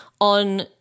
on